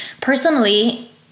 personally